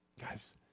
Guys